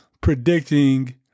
predicting